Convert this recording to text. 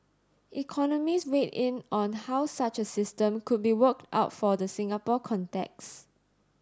economists weighed in on how such a system could be worked out for the Singapore context